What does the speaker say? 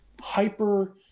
hyper